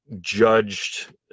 judged